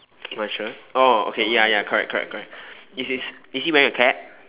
my shirt oh okay ya ya correct correct correct is his is he wearing a cap